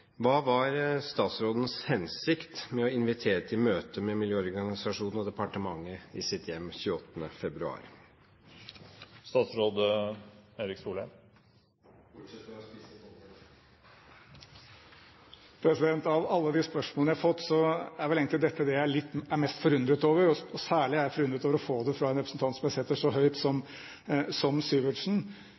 Hva var statsrådens hensikt med å invitere til møte med miljøorganisasjonene og departementet i sitt hjem 28. februar?» – bortsett fra å spise boller. Av alle de spørsmål jeg har fått, er vel egentlig dette det jeg er mest forundret over. Særlig er jeg forundret over å få det fra en representant som jeg setter så høyt som